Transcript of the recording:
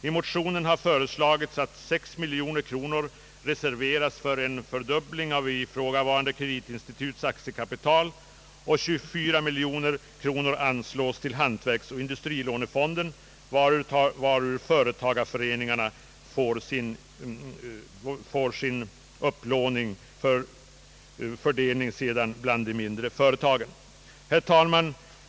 I motionen har föreslagits att sex miljoner kronor reserveras för en fördubbling av ifrågavarande kreditinstituts aktiekapital och 24 miljoner kronor anslås till hantverksoch åindustrilånefonden, varur företagareföreningarna får sin upplåning att sedan fördelas bland de mindre företagen. Herr talman!